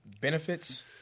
benefits